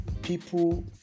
People